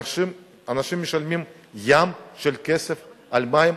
אנשים משלמים ים של כסף על מים,